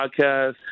podcast